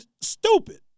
Stupid